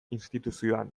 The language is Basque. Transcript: instituzioan